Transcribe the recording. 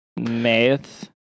math